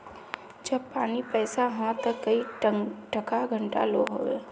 जब पानी पैसा हाँ ते कई टका घंटा लो होबे?